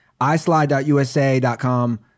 islide.usa.com